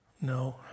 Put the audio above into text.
No